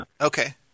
Okay